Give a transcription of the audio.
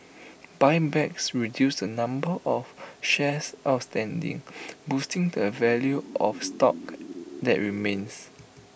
buybacks reduce the number of shares outstanding boosting the value of stock that remains